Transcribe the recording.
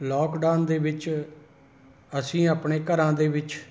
lockdown ਦੇ ਵਿੱਚ ਅਸੀਂ ਆਪਣੇ ਘਰਾਂ ਦੇ ਵਿੱਚ